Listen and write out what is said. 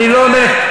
נסים,